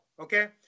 okay